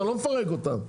אני לא מפרק אותן,